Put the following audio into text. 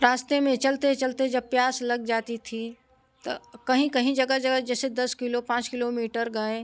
रास्ते में चलते चलते जब प्यास लग जाती थी तो कहीं कहीं जगह जगह जैसे दस किलो पाँच किलोमीटर गए